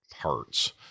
parts